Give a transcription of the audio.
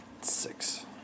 Six